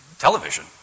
television